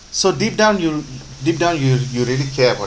so deep down you deep down you you really care about